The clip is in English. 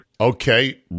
Okay